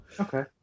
Okay